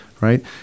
Right